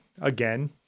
again